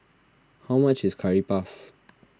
how much is Curry Puff